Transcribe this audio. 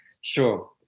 Sure